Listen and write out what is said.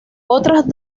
otras